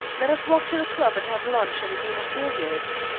let us walk to the club and have lunch and a game of billiards.